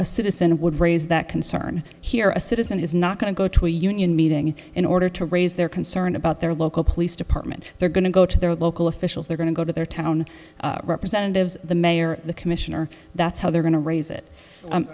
employer citizen would raise that concern here a citizen is not going to go to a union meeting in order to raise their concern about their local police department they're going to go to their local officials they're going to go to their town representatives the mayor the commissioner that's how they're going to raise it